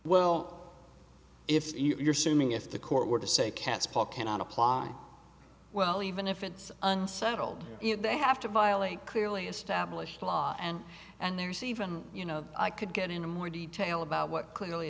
well if you're swimming if the court were to say cats paul cannot apply well even if it's unsettled they have to violate clearly established law and and there's even you know i could get into more detail about what clearly